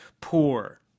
poor